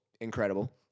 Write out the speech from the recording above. Incredible